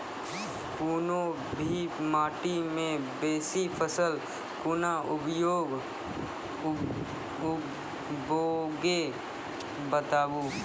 कूनू भी माटि मे बेसी फसल कूना उगैबै, बताबू?